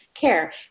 care